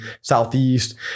Southeast